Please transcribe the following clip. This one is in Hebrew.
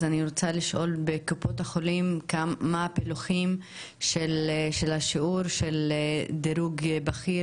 אז אני רוצה לשאול בקופות החולים מה הפילוחים של השיעור של דירוג בכיר,